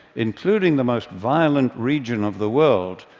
including the most violent region of the world,